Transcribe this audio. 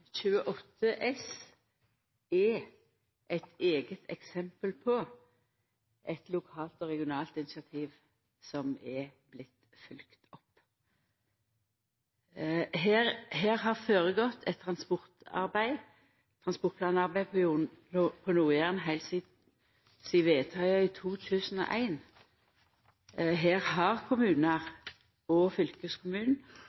28 S er eit eksempel på eit lokalt og regionalt initiativ som er vorte følgt opp. Det har føregått eit transportplanarbeid på Nord-Jæren heilt sidan vedtaka i 2001. Her har